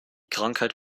krankheit